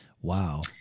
Wow